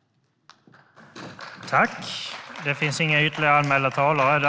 Avtal med konsortiet för europeisk forsk-ningsinfrastruktur